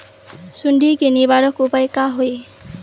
सुंडी के निवारक उपाय का होए?